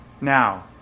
now